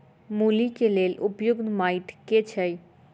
मूली केँ लेल उपयुक्त माटि केँ छैय?